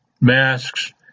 masks